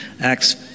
Acts